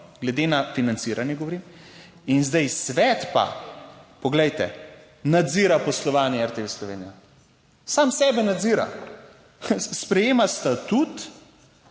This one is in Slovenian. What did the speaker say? glede na financiranje, govorim. In zdaj svet pa, poglejte, nadzira poslovanje RTV Slovenija, sam sebe nadzira. Sprejema statut